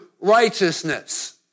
righteousness